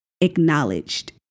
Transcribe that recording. acknowledged